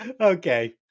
Okay